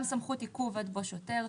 גם סמכות עיכוב עד בוא שוטר,